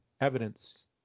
evidence